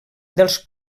dels